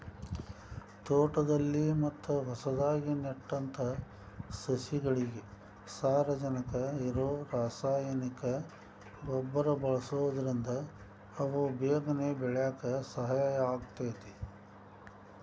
ತೋಟದಲ್ಲಿ ಮತ್ತ ಹೊಸದಾಗಿ ನೆಟ್ಟಂತ ಸಸಿಗಳಿಗೆ ಸಾರಜನಕ ಇರೋ ರಾಸಾಯನಿಕ ಗೊಬ್ಬರ ಬಳ್ಸೋದ್ರಿಂದ ಅವು ಬೇಗನೆ ಬೆಳ್ಯಾಕ ಸಹಾಯ ಆಗ್ತೇತಿ